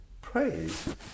Praise